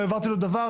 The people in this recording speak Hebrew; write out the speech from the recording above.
לא העברתי לו דבר,